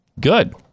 good